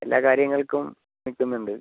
എല്ലാ കാര്യങ്ങൾക്കും നിൽക്കുന്നുണ്ട്